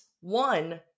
one